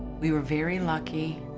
we were very lucky